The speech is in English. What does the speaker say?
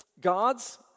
gods